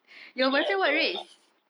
ya so